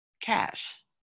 cash